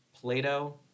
Plato